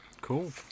Cool